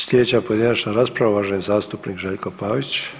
Sljedeća pojedinačna rasprava je uvaženi zastupnik Željko Pavić.